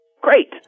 Great